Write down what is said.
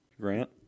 Grant